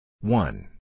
One